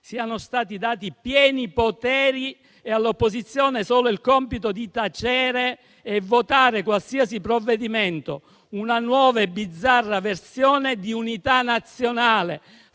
siano stati dati pieni poteri e all'opposizione solo il compito di tacere e votare qualsiasi provvedimento; una nuova e bizzarra versione di unità nazionale".